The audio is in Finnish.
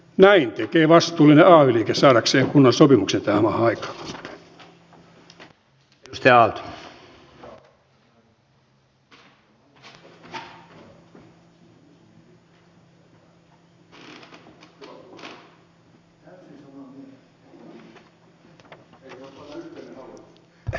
näin tekee vastuullinen ay liike saadakseen kunnon sopimuksen tähän maahan aikaan